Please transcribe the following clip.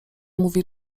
mówi